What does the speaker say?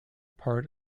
part